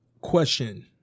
question